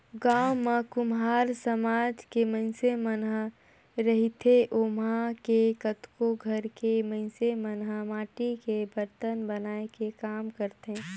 गाँव म कुम्हार समाज के मइनसे मन ह रहिथे ओमा के कतको घर के मइनस मन ह माटी के बरतन बनाए के काम करथे